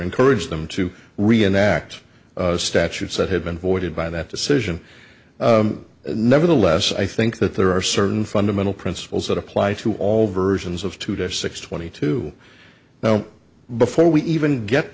encourage them to reenact statutes that had been voided by that decision nevertheless i think that there are certain fundamental principles that apply to all versions of today or six twenty two now before we even get